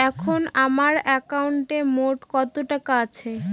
এখন আমার একাউন্টে মোট কত টাকা আছে?